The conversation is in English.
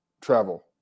travel